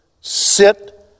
Sit